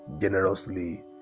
generously